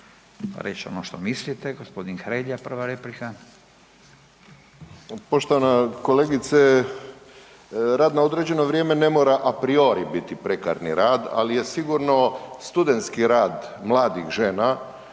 reć ono što mislite, g. Hrelja prva replika.